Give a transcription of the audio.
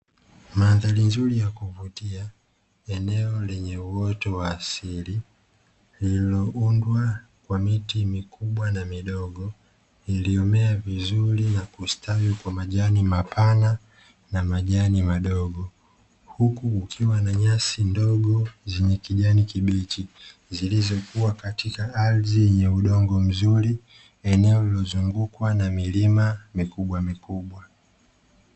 Mandhari nzuri ya kuvutia eneo lenye uoto wa asili, lililoundwa kwa miti mikubwa na midogo, iliyomea vizuri na kustawi kwa majani mapana na majani madogo, huku kukiwa na nyasi ndogo zenye kijani kibichi, zilizokuwa katika ardhi yenye udongo mzuri, eneo lililozungukwa na milima mikubwa mikubwa.